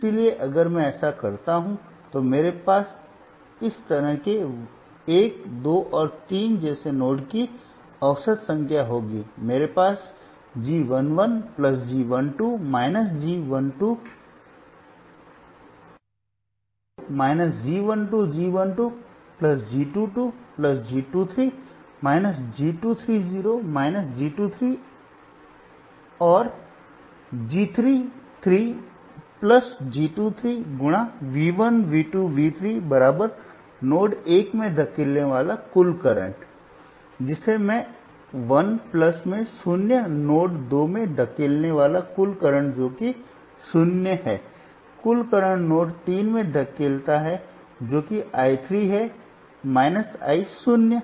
इसलिए अगर मैं ऐसा करता हूं तो मेरे पास इस तरह के 1 2 और 3 जैसे नोड्स की औसत संख्या होगी मेरे पास G 1 1 G 1 2 G 1 2 0 G 1 2 G 1 2 G 2 2 G 2 3 G 2 3 0 G 2 3 and G 3 3 G 2 3 V 1 V 2 V 3 node 1 में धकेलने वाला कुल करंट जिसे मैं 1 मैं शून्य नोड २ में धकेलने वाला कुल करंट जो कि ० है कुल करंट नोड3 में धकेलता है जो कि I 3 है I शून्य